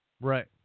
Right